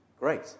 Great